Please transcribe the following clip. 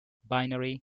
binary